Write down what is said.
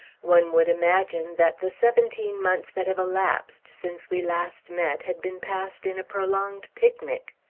one would imagine that the seventeen months that have elapsed since we last met had been passed in a prolonged picnic.